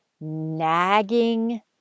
nagging